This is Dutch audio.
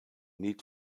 niet